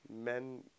men